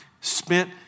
spent